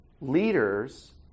Leaders